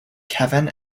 kevin